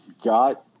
got